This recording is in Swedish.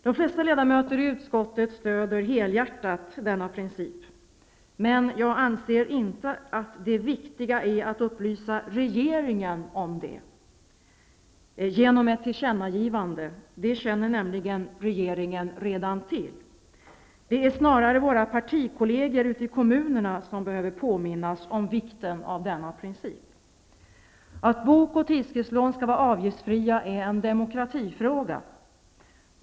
De flesta ledamöter i utskottet stöder helhjärtat principen, men jag anser inte att det viktiga är att upplysa regeringen om det genom ett tillkännagivande -- det känner regeringen redan till. Det är snarare våra partikolleger ute i kommunerna som behöver påminnas om vikten av denna princip. Att bok och tidskriftslån skall vara avgiftsfria är en demokratifråga.